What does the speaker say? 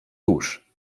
tuż